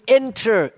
enter